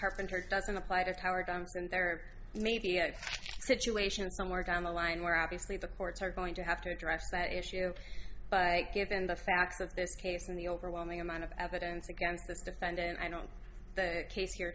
carpenter doesn't apply to paradigms and there may be a situation somewhere down the line where obviously the courts are going to have to address that issue but given the facts of this case and the overwhelming amount of evidence against this defendant and i don't the case here